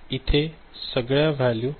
तर इथे सगळ्या वॅल्यू